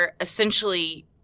Essentially